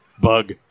Bug